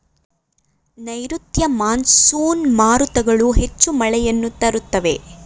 ನೈರುತ್ಯ ಮಾನ್ಸೂನ್ ಮಾರುತಗಳು ಹೆಚ್ಚು ಮಳೆಯನ್ನು ತರುತ್ತವೆ